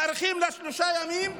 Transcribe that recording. מאריכים לה שלושה ימים,